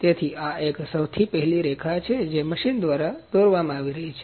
તેથી આ એક સૌથી પહેલી રેખા છે જે મશીન દ્વારા દોરવામાં આવી રહી છે